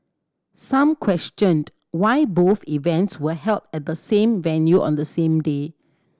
some questioned why both events were held at the same venue on the same day